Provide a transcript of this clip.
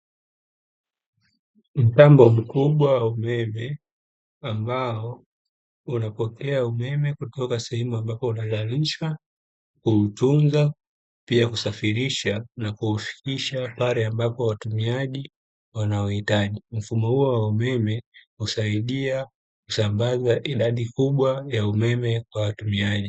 Mtambo mkubwa wa umeme ambao unapokea umeme kutoka sehemu ambapo unazalishwa, kuutunza, pia kusafirisha na kuufikisha pale ambapo watumiaji wanauhitaji. Mfumo huo wa umeme husaidia kusambaza idadi kubwa ya umeme kwa watumiaji.